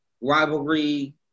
rivalry